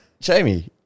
Jamie